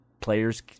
players